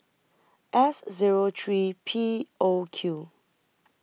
S Zero three P O Q